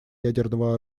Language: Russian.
ядерного